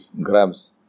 grams